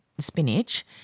Spinach